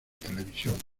televisión